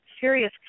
serious